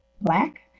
black